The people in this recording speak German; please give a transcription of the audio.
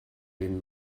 den